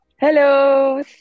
Hello